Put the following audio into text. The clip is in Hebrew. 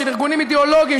של ארגונים אידיאולוגיים,